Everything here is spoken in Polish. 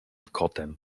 kotem